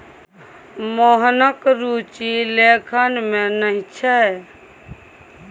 मोहनक रुचि लेखन मे नहि छै